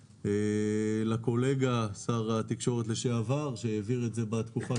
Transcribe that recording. לשר התקשורת לשעבר שהעביר את זה בתקופה